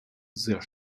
sehr